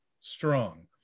strong